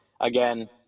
again